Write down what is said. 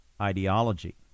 ideology